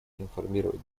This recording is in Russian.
информировать